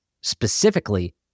specifically